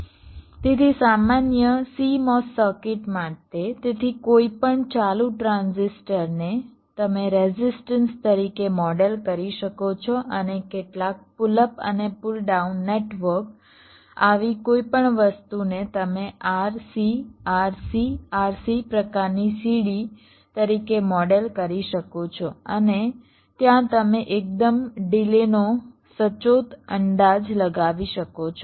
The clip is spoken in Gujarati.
તેથી સામાન્ય CMOS સર્કિટ માટે તેથી કોઈપણ ચાલુ ટ્રાન્ઝિસ્ટર ને તમે રેઝિસ્ટન્સ તરીકે મોડેલ કરી શકો છો અને કેટલાક પુલ અપ અને પુલ ડાઉન નેટવર્ક આવી કોઈ પણ વસ્તુને તમે R C R C R C પ્રકારની સીડી તરીકે મોડેલ કરી શકો છો અને ત્યાં તમે એકદમ ડિલેનો સચોટ અંદાજ લગાવી શકો છો